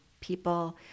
People